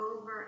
over